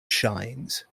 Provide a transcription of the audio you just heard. shines